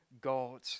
God